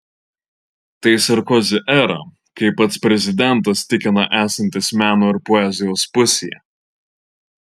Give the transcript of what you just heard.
tai sarkozi era kai pats prezidentas tikina esantis meno ir poezijos pusėje